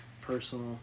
personal